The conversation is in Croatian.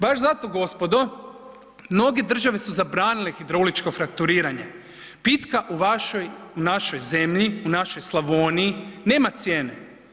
Baš zato gospodo, mnoge države su zabranile hidrauličko frakturiranje, pitka u vašoj, u našoj zemlji, u našoj Slavoniji nema cijene.